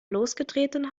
losgetreten